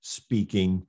speaking